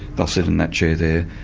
they'll sit in that chair there,